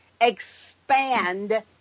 expand